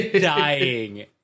dying